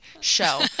show